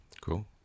cool